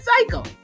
cycle